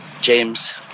James